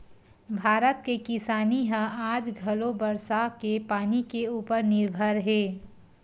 भारत के किसानी ह आज घलो बरसा के पानी के उपर निरभर हे